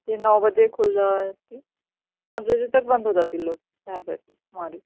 جی نو بجے کھل جاتی پانچ بجے تک بند ہو جاتی ہے لائبریری ہماری